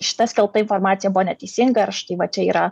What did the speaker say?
šita skelbta informacija buvo neteisinga ir štai va čia yra